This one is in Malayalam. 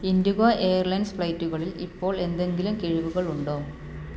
ഇൻഡിഗോ എയർലൈൻസ് ഫ്ലൈറ്റുകളിൽ ഇപ്പോൾ എന്തെങ്കിലും കിഴിവുകൾ ഉണ്ടോ